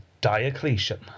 Diocletian